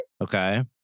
Okay